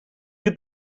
have